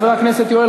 חבר הכנסת יואל